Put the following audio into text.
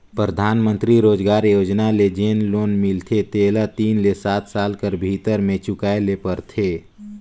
परधानमंतरी रोजगार योजना ले जेन लोन मिलथे तेला तीन ले सात साल कर भीतर में चुकाए ले परथे